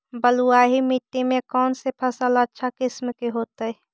बलुआही मिट्टी में कौन से फसल अच्छा किस्म के होतै?